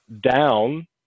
down